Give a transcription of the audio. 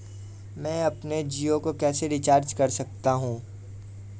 मैं अपने जियो को कैसे रिचार्ज कर सकता हूँ?